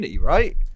right